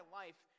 life